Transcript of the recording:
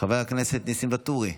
חברת הכנסת מרב מיכאלי,